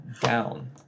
down